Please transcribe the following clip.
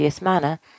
manner